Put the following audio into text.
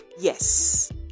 Yes